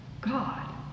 God